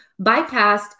bypassed